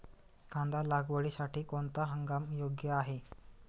कांदा लागवडीसाठी कोणता हंगाम योग्य आहे?